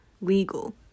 legal